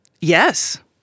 Yes